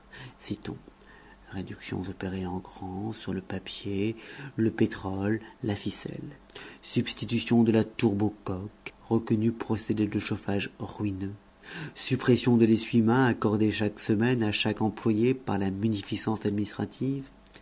citons réductions opérées en grand sur le papier le pétrole la ficelle substitution de la tourbe au coke reconnu procédé de chauffage ruineux suppression de lessuie main accordé chaque semaine à chaque employé par la munificence administrative